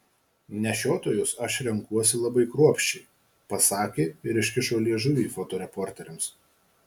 nešiotojus aš renkuosi labai kruopščiai pasakė ir iškišo liežuvį fotoreporteriams